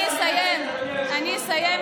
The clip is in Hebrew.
אני אסיים לדבר.